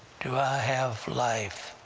do i have life?